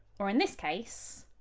or in this case,